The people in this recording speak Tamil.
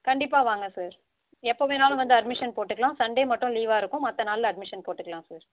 கண்டிப்பாக வாங்க சார் எப்போ வேணாலும் வந்து அட்மிஷன் போட்டுக்கலாம் சண்டே மட்டும் லீவாக இருக்கும் மற்ற நாளில் அட்மிஷன் போட்டுக்கலாம் சார்